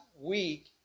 week